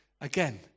Again